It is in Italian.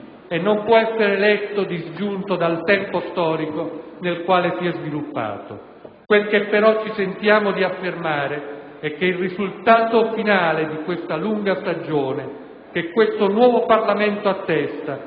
e non può essere letto disgiunto dal tempo storico nel quale si è sviluppato. Quel che però ci sentiamo di affermare è che il risultato finale di questa lunga stagione, che questo nuovo Parlamento attesta